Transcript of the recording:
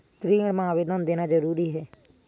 ऋण मा आवेदन देना जरूरी हे?